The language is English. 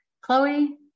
chloe